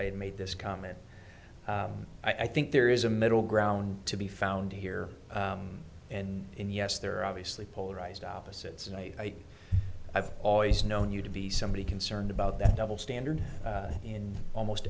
i had made this comment i think there is a middle ground to be found here and yes there are obviously polarized opposites and i have always known you to be somebody concerned about that double standard in almost